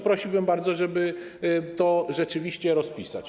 Prosiłbym bardzo, żeby to rzeczywiście rozpisać.